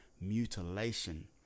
mutilation